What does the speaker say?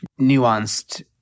nuanced